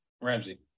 Ramsey